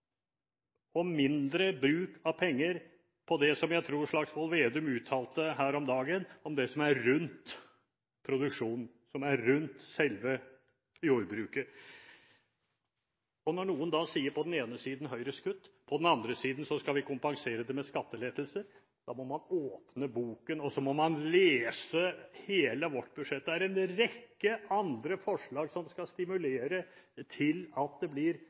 og mindre bruk av penger på det som jeg tror Slagsvold Vedum uttalte her om dagen, det som er rundt produksjonen, som er rundt selve jordbruket. Og når noen sier på den ene siden Høyres kutt, på den andre siden skal vi kompensere det ved skattelettelser, må man åpne boken og lese hele vårt budsjett. Det er en rekke andre forslag som skal stimulere til at det blir